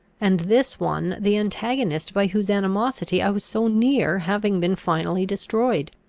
and this one the antagonist by whose animosity i was so near having been finally destroyed.